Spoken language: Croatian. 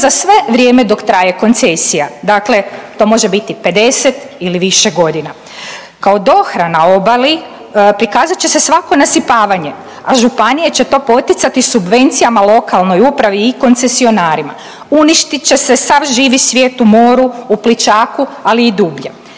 za vrijeme dok traje koncesija. Dakle, to može biti 50 ili više godina. Kao dohrana obali prikazat će se svako nasipavanje, a županije će to poticati subvencijama lokalnoj upravi i koncesionarima. Uništit će se sav živi svijet u moru, u plićaku, ali i dublje.